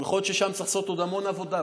יכול להיות ששם צריך לעשות עוד המון עבודה.